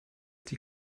die